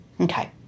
okay